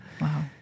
Wow